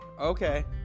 okay